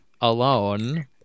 alone